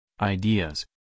ideas